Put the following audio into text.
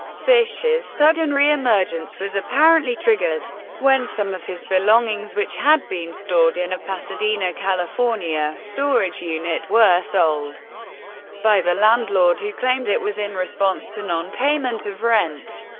fischer's sudden reemergence was apparently triggered when some of his belongings, which had been stored in a pasadena, california, storage unit, were sold by the landlord who claimed it was in response to nonpayment of rent.